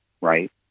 Right